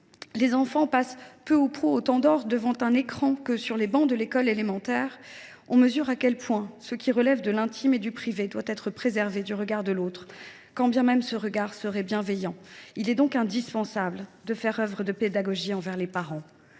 les enfants passaient peu ou prou autant d’heures, en moyenne, devant un écran que sur les bancs de l’école élémentaire, on mesure à quel point ce qui relève de l’intime et du privé doit être préservé du regard de l’autre, quand bien même ce regard serait bienveillant. Il est donc indispensable de faire œuvre de pédagogie auprès des parents,